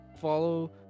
Follow